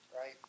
right